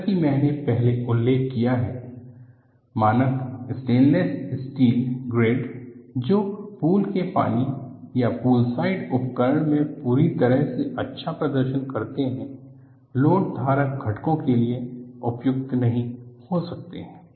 जैसा कि मैंने पहले उल्लेख किया है मानक स्टेनलेस स्टील ग्रेड जो पूल के पानी या पूलसाइड उपकरण में पूरी तरह से अच्छा प्रदर्शन करते हैं लोड धारक घटकों के लिए उपयुक्त नहीं हो सकते हैं